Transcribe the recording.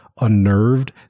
unnerved